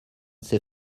ses